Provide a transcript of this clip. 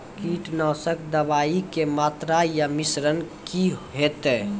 कीटनासक दवाई के मात्रा या मिश्रण की हेते?